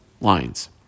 lines